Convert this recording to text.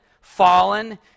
fallen